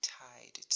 tied